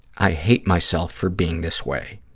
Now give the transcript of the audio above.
i hate myself for being this way.